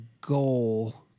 goal